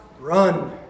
run